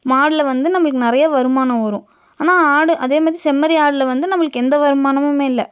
மாடில் வந்து நம்மளுக்கு நிறையா வருமானம் வரும் ஆனால் ஆடு அதேமாதிரி செம்மறி ஆடில் வந்து நம்மளுக்கு எந்த வருமானமே இல்லை